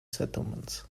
settlements